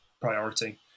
priority